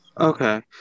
Okay